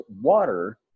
water